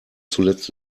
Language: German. zuletzt